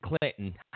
Clinton